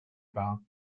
valves